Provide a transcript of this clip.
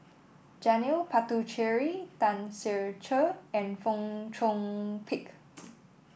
Janil Puthucheary Tan Ser Cher and Fong Chong Pik